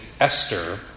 Esther